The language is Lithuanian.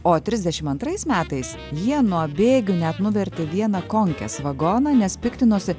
o trisdešimt antrais metais jie nuo bėgių net nuvertė vieną konkės vagoną nes piktinosi